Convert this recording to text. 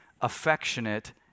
affectionate